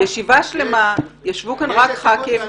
ישיבה שלמה ישבו כאן רק חברי כנסת --- יש